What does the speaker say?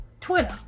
Twitter